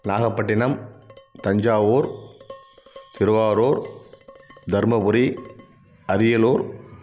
Nagapattinam Thanjavur Thiruvarur Dharmapuri Ariyalur